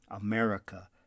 America